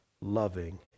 loving